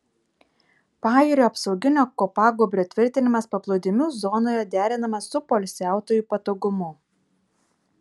pajūrio apsauginio kopagūbrio tvirtinimas paplūdimių zonoje derinamas su poilsiautojų patogumu